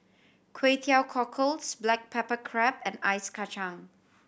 Kway Teow Cockles black pepper crab and ice kacang